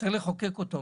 צריך לחוקק אותו,